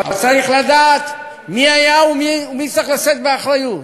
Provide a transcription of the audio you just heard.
אבל צריך לדעת מי היה ומי צריך לשאת באחריות.